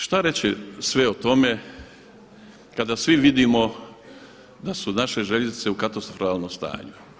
Šta reći sve o tome kada svi vidimo da su naše željeznice u katastrofalnom stanju.